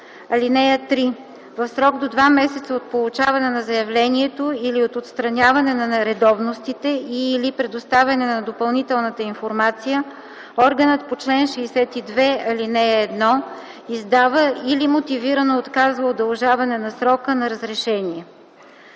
такса. (3) В срок до два месеца от получаване на заявлението или от отстраняване на нередовностите и/или предоставяне на допълнителната информация органът по чл. 62, ал. 1 издава или мотивирано отказва удължаване на срока на разрешение”.